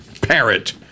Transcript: parrot